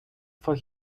for